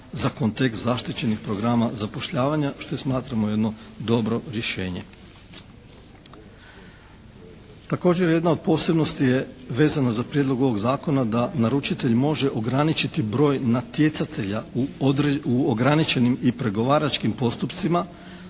za kontekst zaštićenih programa zapošljavanja što i smatramo jedno dobro rješenje. Također jedna od posebnosti je vezana za prijedlog ovog zakona da naručitelj može ograničiti broj natjecatelja u ograničenim i pregovaračkim postupcima